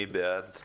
מי בעד?